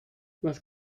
was